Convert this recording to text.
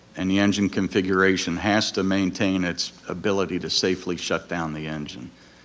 and the engine configuration has to maintain its ability to safely shut down the engine.